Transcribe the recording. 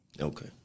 Okay